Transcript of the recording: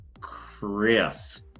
Chris